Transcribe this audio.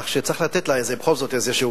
כך שצריך לתת לה בכל זאת איזה,